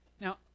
now